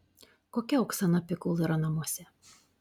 kokia oksana pikul yra namuose